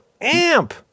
Amp